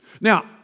Now